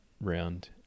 round